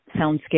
soundscape